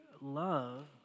love